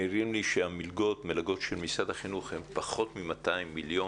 מעירים לי שהמלגות של משרד החינוך הן פחות מ-200 מיליון.